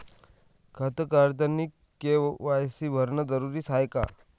खातं काढतानी के.वाय.सी भरनं जरुरीच हाय का?